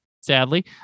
sadly